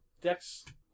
Dex